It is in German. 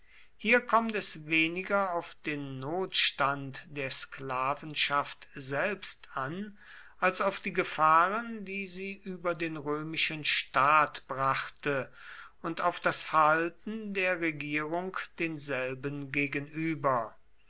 hier kommt es weniger auf den notstand der sklavenschaft selbst an als auf die gefahren die sie über den römischen staat brachte und auf das verhalten der regierung denselben gegenüber